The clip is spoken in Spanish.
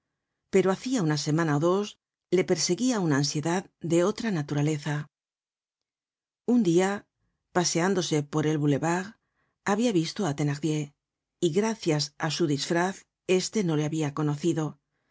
pero hacia una semana ó dos le perseguia una ansiedad de otra naturaleza un dia paseándose por el boulevard habia visto á thenardier y gracias á su disfraz éste no le habia conocido